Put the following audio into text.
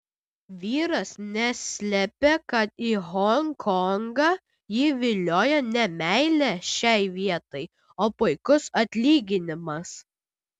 vyras neslepia kad į honkongą jį vilioja ne meilė šiai vietai o puikus atlyginimas